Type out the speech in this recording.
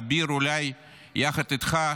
אביר, אולי יחד איתך,